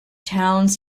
towns